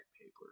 paper